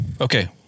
okay